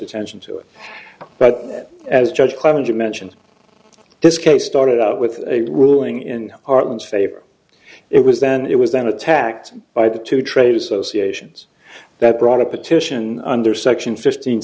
attention to it but as judge clement mentioned this case started out with a ruling in arlen's favor it was then it was then attacked by the two trade associations that brought a petition under section fifteen